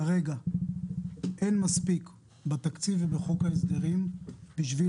כרגע אין מספיק בתקציב ובחוק ההסדרים בשביל